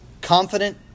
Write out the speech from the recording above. confident